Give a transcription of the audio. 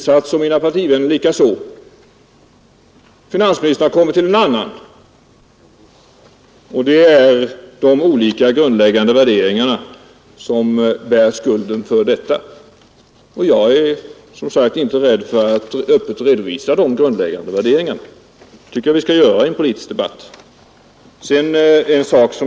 Jag liksom mina partivänner har kommit fram till en slutsats, finansministern till en annan, och det är de olika grundläggande värderingarna som ”bär skulden” för detta. Jag är som sagt inte rädd för att öppet redovisa mina grundläggande värderingar, Det tycker jag man skall göra i en politisk debatt.